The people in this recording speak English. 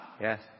Yes